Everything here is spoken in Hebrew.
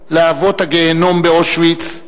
כבו להבות הגיהינום באושוויץ,